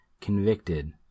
convicted